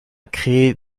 créer